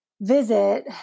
visit